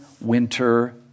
winter